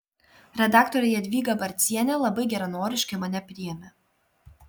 redaktorė jadvyga barcienė labai geranoriškai mane priėmė